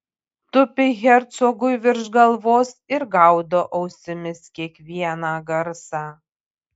tupi hercogui virš galvos ir gaudo ausimis kiekvieną garsą